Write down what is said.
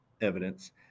evidence